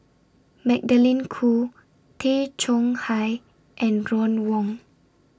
Magdalene Khoo Tay Chong Hai and Ron Wong